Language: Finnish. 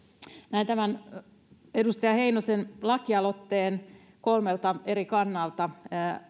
näen tämän edustaja heinosen lakialoitteen kolmelta eri kannalta